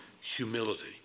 humility